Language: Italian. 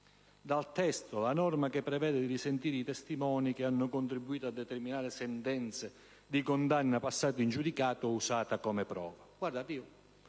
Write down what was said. dal testo la norma che prevede di ascoltare i testimoni che hanno contribuito a determinare sentenze di condanna passate in giudicato usate come prova.